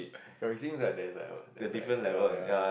ya it seems like there's like a there's like ya ya ya